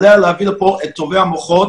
עליה להביא לפה את טובי המוחות,